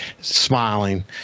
smiling